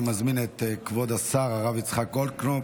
אני מזמין את כבוד השר הרב יצחק גולדקנופ